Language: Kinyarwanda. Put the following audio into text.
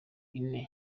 ine